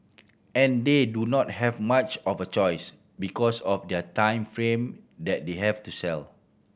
and they do not have much of a choice because of their time frame that they have to sell